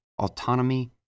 autonomy